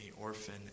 orphan